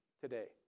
today